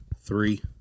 Three